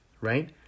right